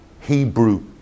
Hebrew